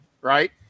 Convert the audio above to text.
right